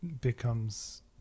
becomes